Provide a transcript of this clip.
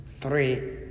three